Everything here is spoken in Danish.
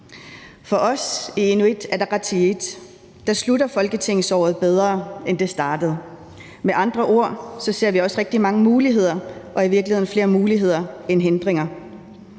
For os i Inuit Ataqatigiit slutter folketingsåret bedre, end det startede. Med andre ord ser vi også rigtig mange muligheder – og i virkeligheden flere muligheder end hindringer.